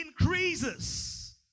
Increases